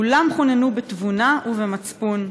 כולם חוננו בתבונה ובמצפון.